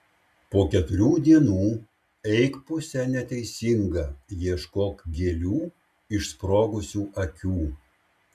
po keturių dienų eik puse neteisinga ieškok gėlių išsprogusių akių